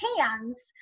hands